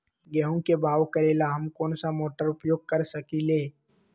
गेंहू के बाओ करेला हम कौन सा मोटर उपयोग कर सकींले?